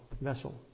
vessel